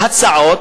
הצעות,